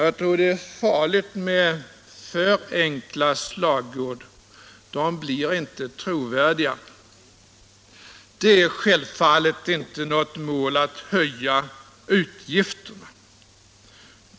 Jag tror det är farligt med för enkla slagord, de blir inte trovärdiga. Det är självfallet inte något mål att höja utgifterna.